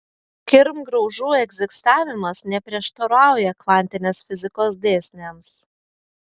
kirmgraužų egzistavimas neprieštarauja kvantinės fizikos dėsniams